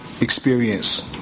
experience